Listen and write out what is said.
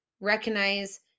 recognize